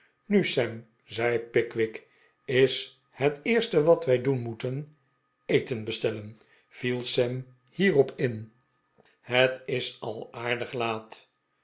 nu sam zei pickwick is het eerste wat wij doen moeten eten bestellen viel sam hierop in het is al aardig laat